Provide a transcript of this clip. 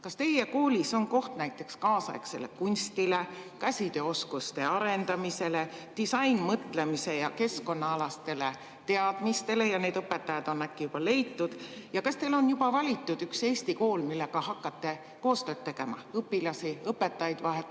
kas teie koolis on koht näiteks kaasaegsele kunstile, käsitööoskuste arendamisele, disainmõtlemisele ja keskkonnaalastele teadmistele? Need õpetajad on äkki juba leitud? Ja kas teil on juba valitud üks Eesti kool, millega hakkate koostööd tegema, õpilasi-õpetajaid vahetama